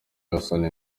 hassan